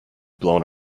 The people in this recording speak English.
blown